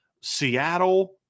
Seattle